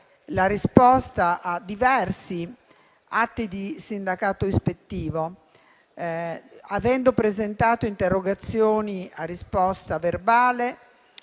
la risposta a diversi atti di sindacato ispettivo, avendo presentato interrogazioni a risposta verbale